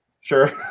sure